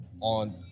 on